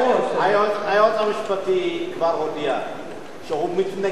היועץ המשפטי כבר הודיע שהוא מתנגד,